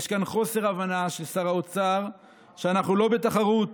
יש כאן חוסר הבנה של שר האוצר שאנחנו לא בתחרות